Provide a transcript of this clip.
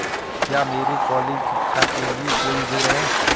क्या मेरे कॉलेज शिक्षा के लिए कोई ऋण है?